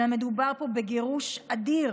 אלא מדובר פה בגירוש אדיר,